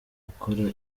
gukora